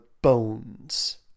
Bones